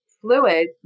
fluid